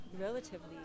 Relatively